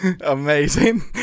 Amazing